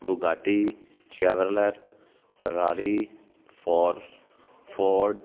Bugatti Chevrolet Ferrari force ford